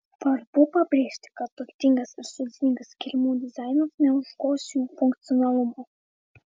svarbu pabrėžti kad turtingas ir sudėtingas kilimų dizainas neužgoš jų funkcionalumo